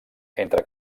entre